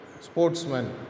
sportsman